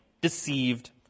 deceived